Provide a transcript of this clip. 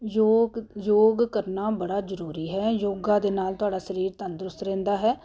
ਯੋਗ ਯੋਗ ਕਰਨਾ ਬੜਾ ਜ਼ਰੂਰੀ ਹੈ ਯੋਗਾ ਦੇ ਨਾਲ ਤੁਹਾਡਾ ਸਰੀਰ ਤੰਦਰੁਸਤ ਰਹਿੰਦਾ ਹੈ